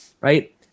right